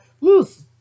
loose